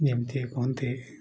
ଯେମିତି କୁହନ୍ତି